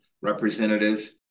representatives